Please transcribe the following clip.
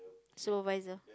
supervisor